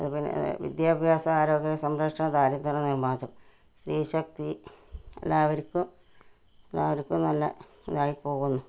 അതുപോലെതന്നെ വിദ്യാഭ്യാസ ആരോഗ്യ സംരക്ഷണം ദാരിദ്ര്യ നിർമ്മാർജ്ജനം സ്ത്രീ ശക്തി എല്ലാവർക്കും എല്ലാവർക്കും നല്ല ഇതായി പോകുന്നു